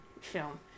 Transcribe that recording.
film